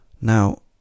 Now